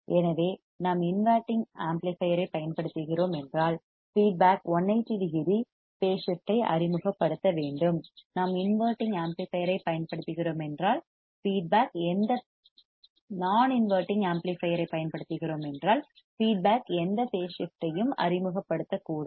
எனவே நாம் inverting amplifier ஐப் பயன்படுத்துகிறோம் என்றால் ஃபீட்பேக் 180 டிகிரி பேஸ் ஸிப்ட் ஐ அறிமுகப்படுத்த வேண்டும் நாம் நான் இன்வெர்ட்டிங் ஆம்ப்ளிபையர் ஐப் பயன்படுத்துகிறோம் என்றால் ஃபீட்பேக் எந்த பேஸ் ஸிப்ட் ஐயும் அறிமுகப்படுத்தக்கூடாது